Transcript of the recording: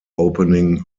opening